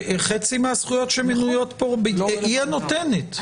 חצי מהזכויות שמנויות פה, היא הנותנת.